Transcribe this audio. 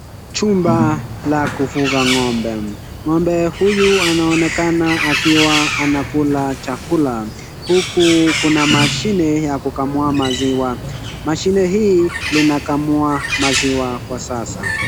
Chumba la kufuga ng'ombe. Ng'ombe huyu anaonekana akiwa anakula chakula. Huku kuna mashine ya kukamua maziwa. Mashine hii inakamua maziwa kwa sasa.